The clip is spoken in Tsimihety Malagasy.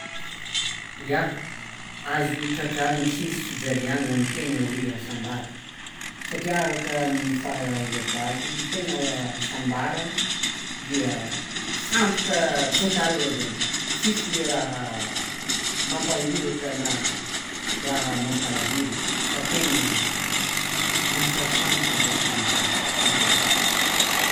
Ia, azo tratrariny tsy misy fijaliàgna ny tena hoe asambarana satria araka ny fahaizako azy ny tegna hasambaragna dia sambatra total zany tsisy le raha mampangoraka anah raha mampalahelo fa tegna mahatsiaro sambatra zany antegna.